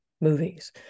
movies